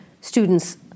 students